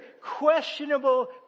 questionable